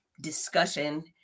discussion